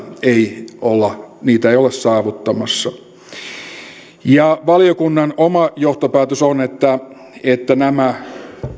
ei olla saavuttamassa valiokunnan oma johtopäätös on että että nämä